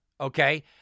Okay